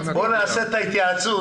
בוא נעשה את ההתייעצות.